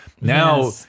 Now